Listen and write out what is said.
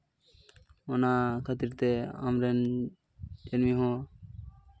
ᱚᱱᱟ ᱠᱷᱟᱹᱛᱤᱨ ᱛᱮ ᱟᱢᱨᱮᱱ ᱮᱢᱱᱤ ᱦᱚᱸ